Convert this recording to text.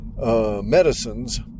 Medicines